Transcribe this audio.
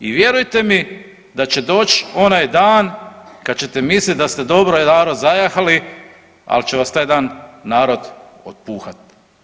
I vjerujte mi da će doć onaj dan kad ćete misliti da ste dobro narod zajahali, ali će vas taj dan narod otpuhat.